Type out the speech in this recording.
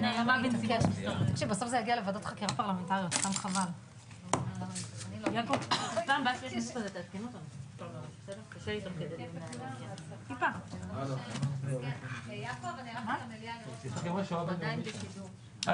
ננעלה בשעה 11:02.